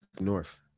North